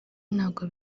ntabwo